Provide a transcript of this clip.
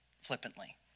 flippantly